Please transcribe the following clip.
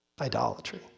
idolatry